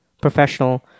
professional